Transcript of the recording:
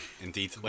indeed